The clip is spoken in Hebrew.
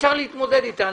אפשר להתמודד אתה.